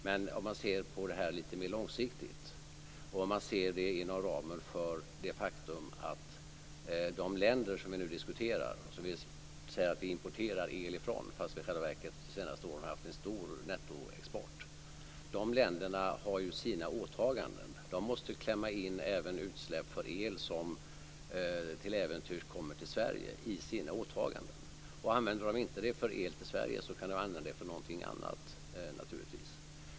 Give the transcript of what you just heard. Men om man ser på detta lite mer långsiktigt och inom ramen för det faktum att de länder som vi nu diskuterar och som vi säger att vi importerar el ifrån - i själva verket har vi de senaste åren haft en stor nettoexport - så har dessa länder sina åtaganden. De måste i sina åtaganden klämma in även utsläpp från produktion av el som till äventyrs kommer till Sverige. Om de inte använder det för el till Sverige, kan de naturligtvis använda det för någonting annat.